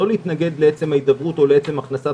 לא להתנגד לעצתם ההידברות או לעצם הכנסת